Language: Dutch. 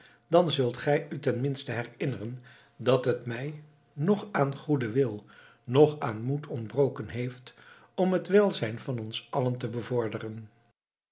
dan zult gij u tenminste herinneren dat het mij noch aan goeden wil noch aan moed ontbroken heeft om het welzijn van ons allen te bevorderen